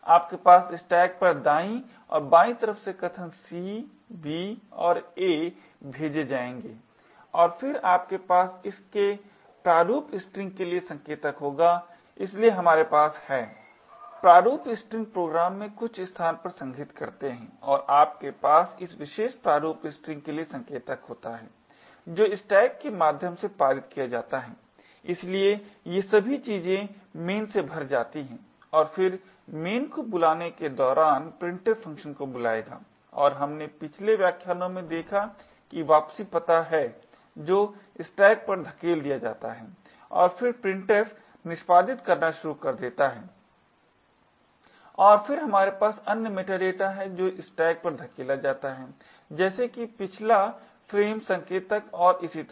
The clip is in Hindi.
आपके पास स्टैक पर दायीं और बायीं तरफ से कथन c b और a भेजी जायेंगी और फिर आपके पास इस के प्रारूप स्ट्रिंग के लिए संकेतक होगा इसलिए हमारे पास है प्रारूप स्ट्रिंग प्रोग्राम में कुछ स्थान पर संग्रहीत करते हैं और आपके पास इस विशेष प्रारूप स्ट्रिंग के लिए संकेतक होता है जो स्टैक के माध्यम से पारित किया जाता है इसलिए ये सभी चीजें main से भर जाती हैं और फिर main को बुलाने के दौरान printf फ़ंक्शन को बुलायेगा और हमने पिछले व्याख्यानों में देखा कि वापसी पता है जो स्टैक पर धकेल दिया जाता है और फिर printf निष्पादित करना शुरू कर देता है और फिर हमारे पास अन्य मेटाडेटा है जो स्टैक पर धकेला जाता है जैसे कि पिछला फ्रेम संकेतक और इसी तरह